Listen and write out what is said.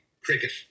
cricket